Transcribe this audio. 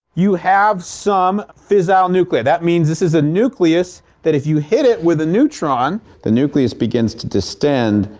you have some fissile nuclide. that means this is a nucleus that if you hit it with a neutron the nucleus begins to distend,